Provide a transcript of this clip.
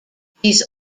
these